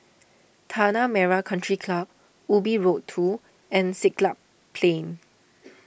Tanah Merah Country Club Ubi Road two and Siglap Plain